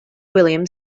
william